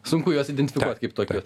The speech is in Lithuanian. sunku juos identifikuot kaip tokius